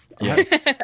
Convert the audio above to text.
Yes